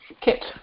kit